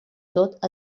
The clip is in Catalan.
tot